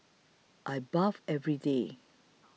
I bath every day